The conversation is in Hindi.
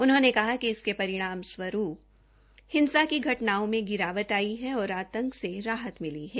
उनहोंने कहा कि इसके परिणाम स्वरूप हिंसा की घटनाओं में गिरावट आई है और आतंक से राहत मिली है